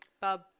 Bub